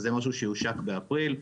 זה משהו שהושק באפריל,